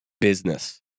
business